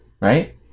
right